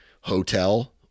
hotel